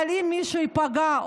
אבל אם מישהו ייפגע,